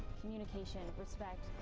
communication, respect,